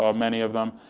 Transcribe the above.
um many of them.